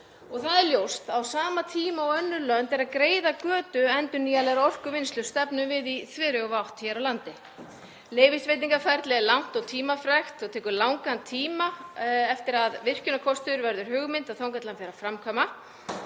Það er ljóst að á sama tíma og önnur lönd eru að greiða götu endurnýjanlegrar orkuvinnslu stefnum við í þveröfuga átt hér á landi. Leyfisveitingaferlið er langt og tímafrekt og tekur langan tíma eftir að virkjunarkostur verður hugmynd og þar til farið er að framkvæma,